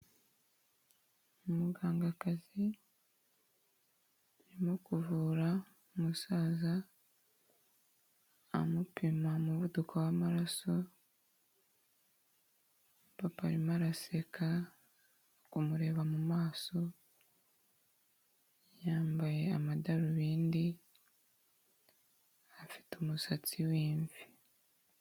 Umugangakazi urimo kuvura umusaza amupima umuvuduko w'amaraso, umupapa arimo araseka, ari kumureba mu maso, yambaye amadarubindi, afite umusatsi w'imvi.